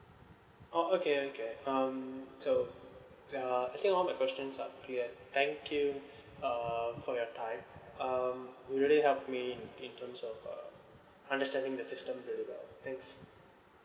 oh okay okay um so uh I think all the questions are cleared thank you uh for your time um you really help me in terms of uh understanding the system really well thanks